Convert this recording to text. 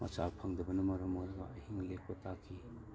ꯃꯆꯥꯛ ꯐꯪꯗꯕꯅ ꯃꯔꯝ ꯑꯣꯏꯔꯒ ꯑꯍꯤꯡ ꯂꯦꯛꯄ ꯇꯥꯈꯤ